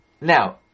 Now